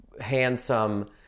handsome